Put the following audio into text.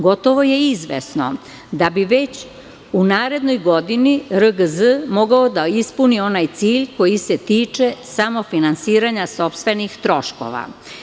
Gotovo je izvesno da bi već u narednoj godini RGZ mogao da ispuni onaj cilj koji se tiče samofinansiranja sopstvenih troškova.